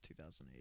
2008